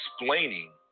explaining